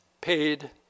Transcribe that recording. paid